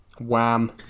Wham